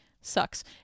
sucks